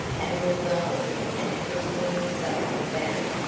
and was wallowing and twisting himself about,